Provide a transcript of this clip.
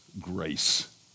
grace